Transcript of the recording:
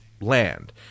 land